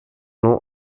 non